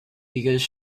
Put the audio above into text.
because